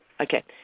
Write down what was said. Okay